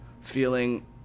feeling